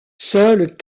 seules